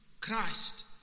Christ